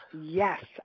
yes